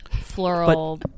floral